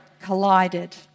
collided